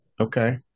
Okay